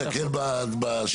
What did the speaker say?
תסתכל בשידור.